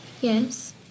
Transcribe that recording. Yes